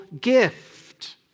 gift